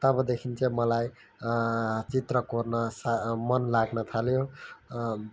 तबदेखि चाहिँ मलाई चित्र कोर्न सा मन लाग्न थाल्यो